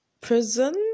prison